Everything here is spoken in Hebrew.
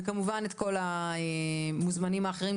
וכמובן את כל המוזמנים האחרים,